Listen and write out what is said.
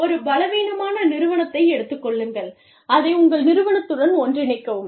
ஒரு பலவீனமான நிறுவனத்தை எடுத்துக்கொள்ளுங்கள் அதை உங்கள் நிறுவனத்துடன் ஒருங்கிணைக்கவும்